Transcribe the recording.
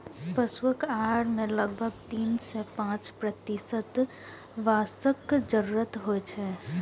पशुक आहार मे लगभग तीन सं पांच प्रतिशत वसाक जरूरत होइ छै